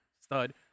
stud